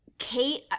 Kate